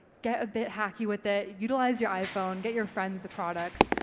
get a bit hacky with it, utilise your iphone, get your friends, the products,